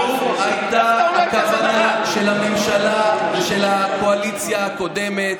זו הייתה הכוונה של הממשלה והקואליציה הקודמת,